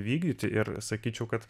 vykdyti ir sakyčiau kad